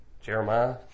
Jeremiah